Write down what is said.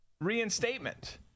reinstatement